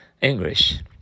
English